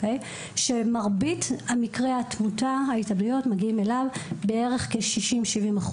שמרבית מקרי התמותה וההתאבדויות מגיעים אליו - בערך כ-60% - 70%.